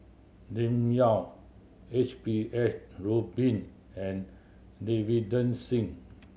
Lim Yau H P H Rubin and Davinder Singh